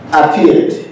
appeared